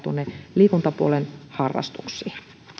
liikuntapuolen harrastuksiin